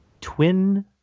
Twin